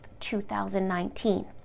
2019